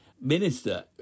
minister